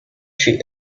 she